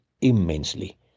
immensely